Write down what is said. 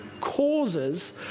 causes